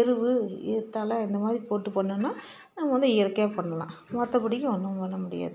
எரு இ தழை இந்த மாதிரி போட்டு பண்ணிணோம்னா நம்ம வந்து இயற்கையாக பண்ணலாம் மற்றபடிக்கு ஒன்றும் பண்ண முடியாது